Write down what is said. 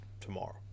tomorrow